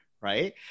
right